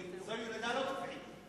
זו ילודה לא טבעית.